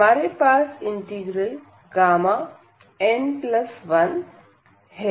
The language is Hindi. हमारे पास इंटीग्रल n10e xxndx है